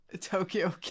Tokyo